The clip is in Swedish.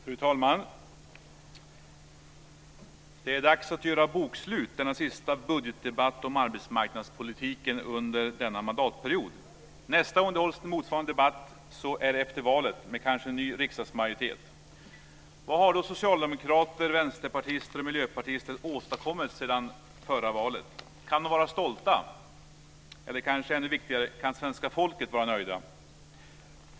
Fru talman! Det är dags att göra bokslut denna sista budgetdebatt om arbetsmarknadspolitiken under denna mandatperiod. Nästa gång motsvarande debatt hålls är efter valet, då kanske med en ny riksdagsmajoritet. Vad har då socialdemokrater, vänsterpartister och miljöpartister åstadkommit sedan förra valet? Kan de vara stolta eller, kanske ännu viktigare, kan svenska folket vara nöjt?